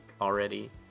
already